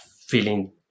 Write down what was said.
feeling